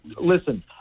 listen